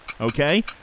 okay